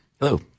Hello